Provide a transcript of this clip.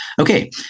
Okay